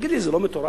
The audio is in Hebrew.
תגיד לי, זה לא מטורף?